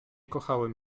kochałem